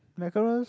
mackerels